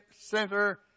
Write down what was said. center